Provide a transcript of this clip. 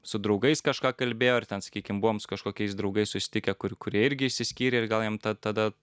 su draugais kažką kalbėjo ar ten sakykim buvom su kažkokiais draugais susitikę kur kurie irgi išsiskyrė ir gal jam ta tada